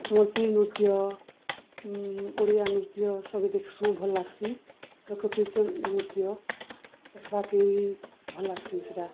ସମ୍ବଲପୁରୀ ନୃତ୍ୟ ଓଡ଼ିଆ ନୃତ୍ୟ ସବେ ଦେଖ୍ସୁଁ ଭଲ୍ ଲାଗ୍ସି ଲୋକପ୍ରିୟ ନୃତ୍ୟ ଦେଖ୍ବାକେ ବି ଭଲ୍ ଲାଗ୍ସି ସେଟା